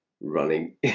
running